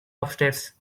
upstairs